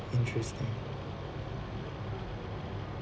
interesting